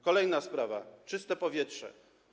Kolejna sprawa - „Czyste powietrze”